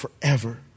forever